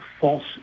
false